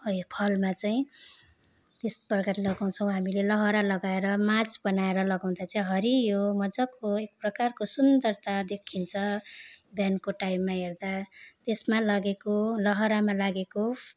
भयो फलमा चाहिँ त्यस प्रकारले लगाउँछौँ हामीले लहरा लगाएर माच बनाएर लगाउँदा चाहिँ हरियो मजाको एक प्रकारको सुन्दरता देखिन्छ बिहानको टाइममा हेर्दा त्यसमा लागेको लहरामा लागेको